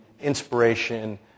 inspiration